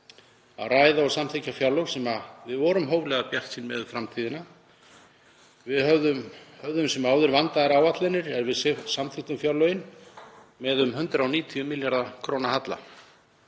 að ræða og samþykkja fjárlög og vorum hóflega bjartsýn með framtíðina. Við höfðum sem áður vandaðar áætlanir er við samþykktum fjárlögin með um 190 milljarða kr. halla.